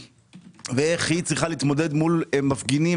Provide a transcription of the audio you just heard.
ואיך היא צריכה להתמודד מול מפגינים